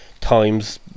times